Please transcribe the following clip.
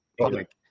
public